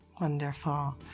Wonderful